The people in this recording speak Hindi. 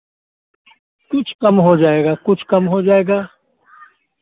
कुछ कम हो जाएगा कुछ कम हो जाएगा